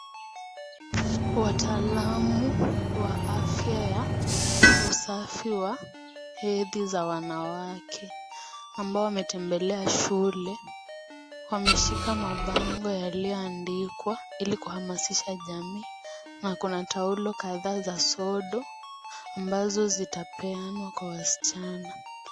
Wataalamu wa afya ya usafiwa wa hedhi za wanawake ambao wametembelea shule wameshika mabango yalioandikwa ilikuhamasisha jamii, na Kuna taulo kadhaa za sodu, ambazo zitapeanwa kwa wasichana.